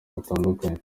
butandukanye